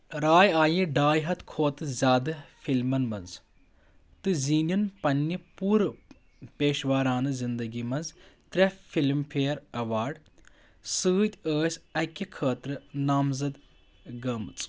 راے آیہِ ڈاے ہَتھ کھۄتہٕ زِیٛادٕ فلمَن منٛز تہٕ زیٖنِن پننِہِ پوٗرٕ پیشورانہٕ زِندگی منٛز ترٛےٚ فلِم فیٚیر ایوارڈ سۭتی ٲسۍ اَکہِ خٲطرٕ نامزد گٔمٕژ